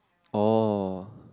oh